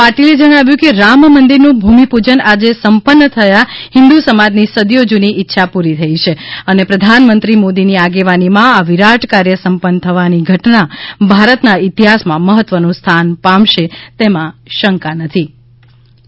પાટિલે જણાવ્યુ છે કે રામ મંદિર નું ભૂમિપૂજન આજે સંપન્ન થયા હિન્દુ સમાજ ની સદીઓ જૂની ઈચ્છા પૂરી થઈ છે અને પ્રધાનમંત્રી મોદીની આગેવાની માં આ વિરાટ કાર્ય સંપન્ન થવાની ઘટના ભારત ના ઈતિહાસ માં મહત્વ નું સ્થાન પામશે તેમાં શંકા નથી બાઈટ સી